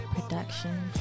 Production